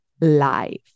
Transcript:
Life